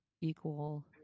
equal